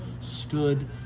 stood